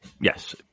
Yes